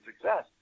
success